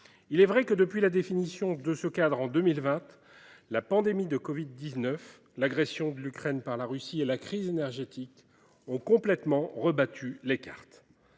Il est vrai que, depuis la définition de ce cadre en 2020, la pandémie de covid-19, l’agression de l’Ukraine par la Russie et la crise énergétique ont complètement rebattu les cartes.